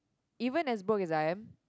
even as broke as I am